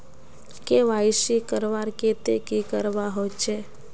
KYC करवार केते की करवा होचए?